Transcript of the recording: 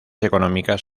económicas